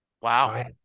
Wow